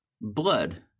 blood